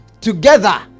together